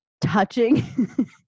touching